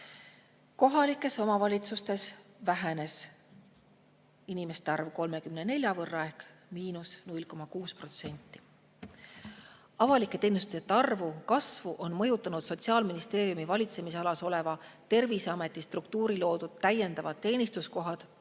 Kohalikes omavalitsustes vähenes inimeste arv 34 võrra ehk 0,6%. Avalike teenistujate arvu kasvu on mõjutanud Sotsiaalministeeriumi valitsemisalas oleva Terviseameti struktuuris täiendavate teenistuskohtade